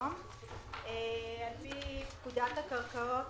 פי פקודת הקרקעות,